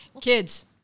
Kids